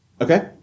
Okay